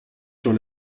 sur